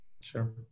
Sure